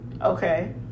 Okay